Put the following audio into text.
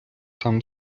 там